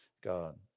God